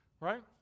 right